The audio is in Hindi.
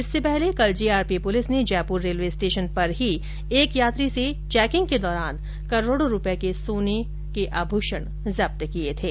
इससे पहले कल जीआरपी पुलिस ने जयपुर रेलवे स्टेशन पर ही एक यात्री से चैकिंग के दौरान करोड़ों रूपये के सोने के आभूषण जब्त किए थे